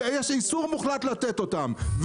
שיש איסור מוחלט לתת אותם,